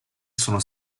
sono